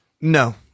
No